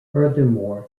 furthermore